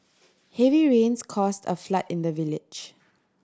heavy rains caused a flood in the village